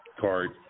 card